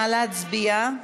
נא להצביע.